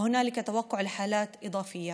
ויש צפי למקרים נוספים.